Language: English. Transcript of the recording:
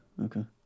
okay